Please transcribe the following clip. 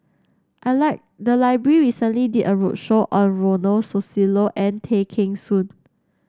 I like the library recently did a roadshow on Ronald Susilo and Tay Kheng Soon